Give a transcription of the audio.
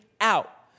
out